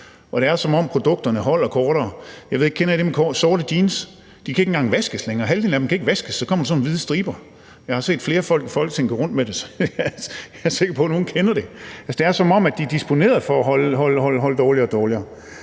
og det er, som om produkterne holder kortere tid. Kender I den med sorte jeans? De kan ikke engang vaskes længere. Halvdelen af dem kan ikke vaskes, for så kommer der sådan nogle hvide striber. Jeg har set flere folk i Folketinget gå rundt med dem, så jeg er sikker på, at nogle kender dem. Det er, som om de er produceret til at holde dårligere og dårligere.